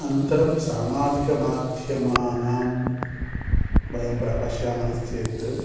अनन्तरं सामाजिकमाध्यमानां वयं प्रकाशयामः चेत्